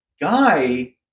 guy